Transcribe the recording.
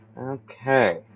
Okay